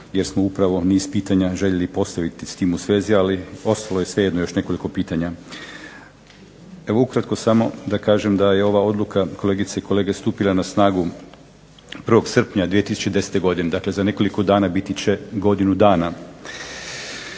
jer smo upravo niz pitanja željeli postaviti s tim u svezi, ali ostalo je još nekoliko pitanja. Evo ukratko samo da kažem da je ova odluka kolegice i kolege stupila na snagu 1. srpnja 2010. godine, dakle za nekoliko dana biti će godinu dana.